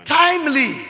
timely